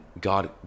God